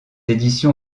édition